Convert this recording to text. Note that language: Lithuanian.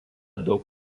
daug